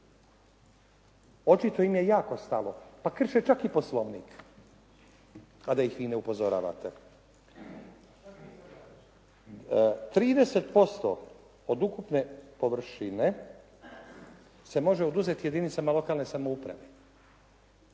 očito im je jako stalo, pa krše čak i poslovnik a da ih vi ne upozoravate. 30% od ukupne površine se može oduzeti jedinicama lokalne samouprave,